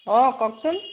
অঁ কওকচোন